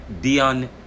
Dion